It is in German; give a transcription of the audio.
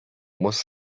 muss